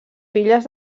filles